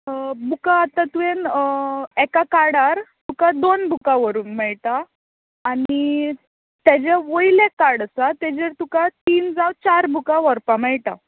बुकां आतां तुवेंन एका कार्डार तुका दोन बुकां व्हरूंक मेळटात आनी तेचें वयलें कार्ड आसा तेचेर तुका तीन जावं चार बुकां व्हरपाक मेळटात